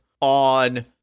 on